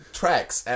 tracks